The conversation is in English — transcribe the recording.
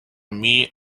meat